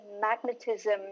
magnetism